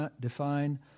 define